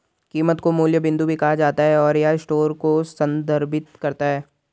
कीमत को मूल्य बिंदु भी कहा जाता है, और यह स्टोर को संदर्भित करता है